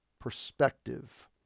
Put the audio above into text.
perspective